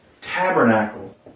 tabernacle